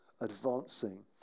advancing